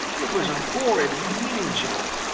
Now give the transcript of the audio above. it was a horrid, mean joke.